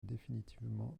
définitivement